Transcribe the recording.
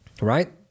right